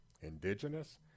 Indigenous